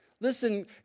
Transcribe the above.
Listen